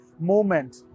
moment